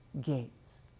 gates